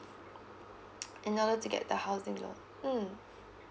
in order to get the housing loan mm